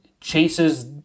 chases